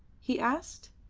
he asked.